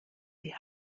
die